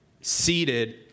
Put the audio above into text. seated